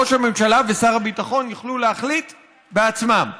ראש הממשלה ושר הביטחון יוכלו להחליט בעצמם,